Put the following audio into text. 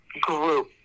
group